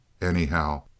Anyhow